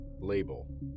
Label